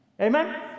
Amen